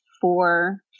four